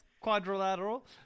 quadrilateral